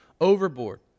overboard